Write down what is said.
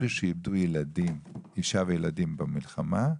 אלה שאיבדו ילדים, אישה וילדים במלחמה,